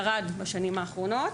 ירד בשנים האחרונות